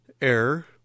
error